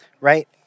right